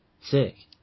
Sick